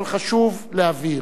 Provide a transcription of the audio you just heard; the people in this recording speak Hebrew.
אבל חשוב להבהיר: